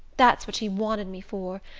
that's what she's wanted me for.